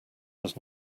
does